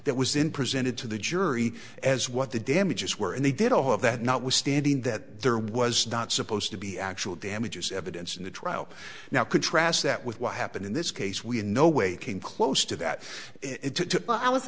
that was in presented to the jury as what the damages were and they did all of that notwithstanding that there was not supposed to be actual damages evidence in the trial now contrast that with what happened in this case we in no way came close to that i